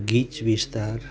ગીચ વિસ્તાર